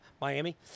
Miami